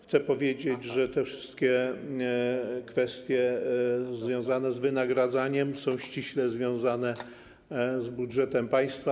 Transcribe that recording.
Chcę powiedzieć, że wszystkie kwestie związane z wynagradzaniem są ściśle związane z budżetem państwa.